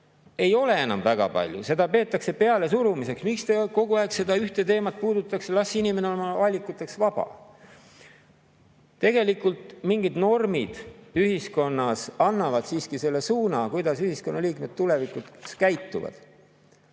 ei ole enam väga palju. Seda peetakse pealesurumiseks. "Miks te kogu aeg seda ühte teemat puudutate? Las inimene olla oma valikutes vaba."Tegelikult mingid normid ühiskonnas annavad siiski selle suuna, kuidas ühiskonnaliikmed tulevikus käituvad.